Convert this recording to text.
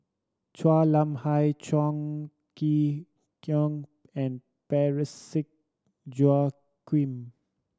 Chua Nam Hai Chong Kee Hiong and Parsick Joaquim